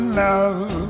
love